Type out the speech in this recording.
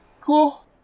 Cool